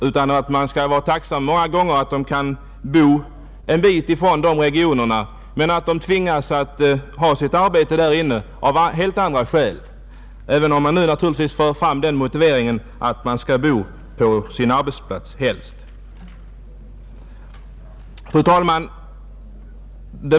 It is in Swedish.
Man får många gånger vara tacksam för att de som tvingas arbeta i tätortsregionerna kan bo ett stycke utanför regionerna, även om det naturligtvis kan vara motiverat att bo nära arbetsplatsen, Fru talman!